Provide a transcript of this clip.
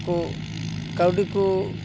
ᱠᱚ ᱠᱟᱹᱣᱰᱤ ᱠᱚ